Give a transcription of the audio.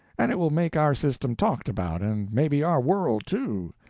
and it will make our system talked about, and maybe our world, too,